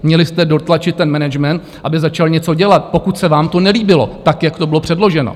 Měli jste dotlačit ten management, aby začal něco dělat, pokud se vám to nelíbilo, tak jak to bylo předloženo.